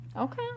Okay